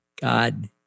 God